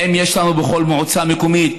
האם יש לנו בכל מועצה מקומית